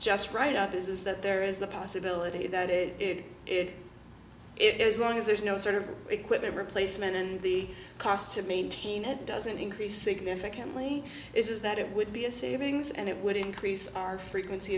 just right up is that there is the possibility that it is it is long as there's no sort of equipment replacement and the cost to maintain it doesn't increase significantly is that it would be a savings and it would increase our frequency